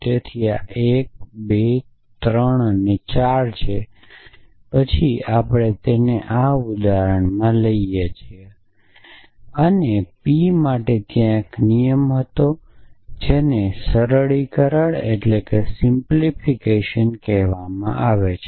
તેથી આ 1 2 3 4 છે પછી આપણે તેને આ ઉદાહરણમાંથી લઈએ છીયે અને P માટે ત્યાં એક નિયમ હતો જેને સિમ્પ્લિફિકેશન કહેવામાં આવે છે